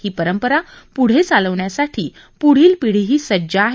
ही परंपरा प्ढे चालवण्यासाठी प्ढील पिढीही सज्ज आहे